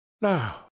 Now